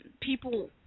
people